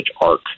arc